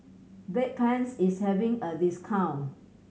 Bedpans is having a discount